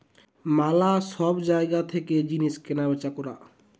ম্যালা গুলা সব জায়গা থেকে জিনিস কেনা বেচা করা